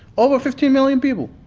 over fifteen million people.